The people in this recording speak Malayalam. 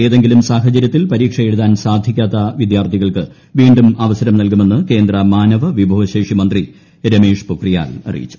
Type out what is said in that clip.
ഏതെങ്കിലും സാഹചര്യത്തിൽ പരീക്ഷ എഴുതാൻ സാധിക്കാത്ത വിദ്യാർത്ഥികൾക്ക് വീണ്ടും അവസരം നൽകുമെന്ന് കേന്ദ്ര മാവന വിഭവശേഷി മന്ത്രി രമേശ് പൊഖ്റിയാൽ അറിയിച്ചു